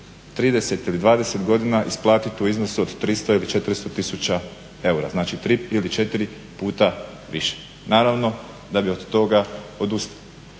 30 ili 20 godina isplatiti u iznosu od 300 ili 400000 eura. Znači, tri ili četiri puta više. Naravno da bi od toga odustali.